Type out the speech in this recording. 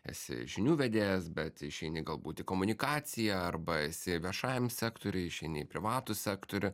esi žinių vedėjas bet išeini galbūt komunikaciją arba esi viešajam sektoriui išeini į privatų sektorių